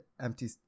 empty